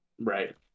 Right